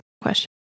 question